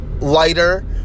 lighter